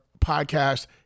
podcast